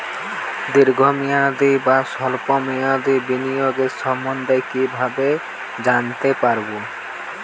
দীর্ঘ মেয়াদি বা স্বল্প মেয়াদি বিনিয়োগ সম্বন্ধে কীভাবে জানতে পারবো?